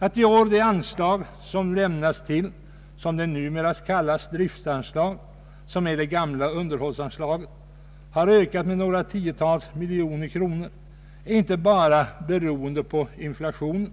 Att i år det anslag som utgår i form av driftanslag — således det gamla underhållsanslaget — har ökat med några tiotal miljoner kronor beror inte bara på inflationen